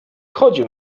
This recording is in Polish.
chodził